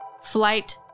Flight